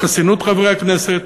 לחסינות חברי הכנסת